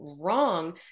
wrong